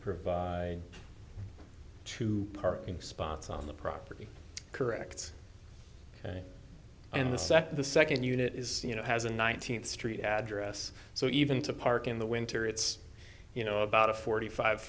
provide two parking spots on the property correct and the second the second unit is you know has a nineteenth street address so even to park in the winter it's you know about a forty five